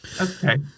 Okay